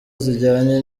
zijyanye